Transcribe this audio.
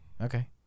Okay